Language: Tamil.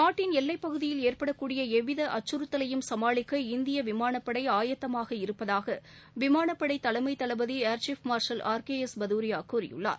நாட்டின் எல்லைப் பகுதியில் ஏற்படக்கூடிய எவ்வித அச்சுறுத்தலையும் சமாளிக்க இந்திய விமானப்படை ஆயத்தமாக இருப்பதாக விமானப்படை தலைமை தளபதி air chief marshal R K S Bhadauria கூறியுள்ளார்